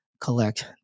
collect